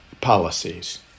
policies